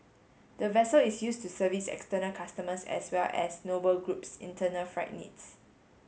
the vessel is used to service external customers as well as Noble Group's internal freight needs